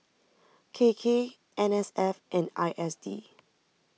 K K N S F and I S D